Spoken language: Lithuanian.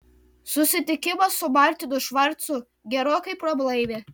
susitikimas su martinu švarcu gerokai prablaivė